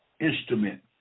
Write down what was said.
instrument